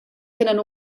tenen